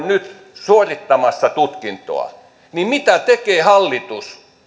nyt suorittamassa tutkintoa mitä tekee hallitus